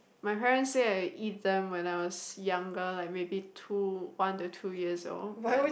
my parents say I eat them when I was younger like maybe two one to two years old but